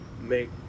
make